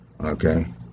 okay